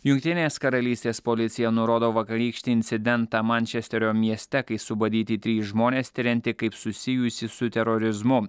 jungtinės karalystės policija nurodo vakarykštį incidentą mančesterio mieste kai subadyti trys žmonės tiriantį kaip susijusi su terorizmu